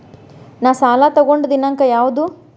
ನಾ ಸಾಲ ತಗೊಂಡು ದಿನಾಂಕ ಯಾವುದು?